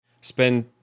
spend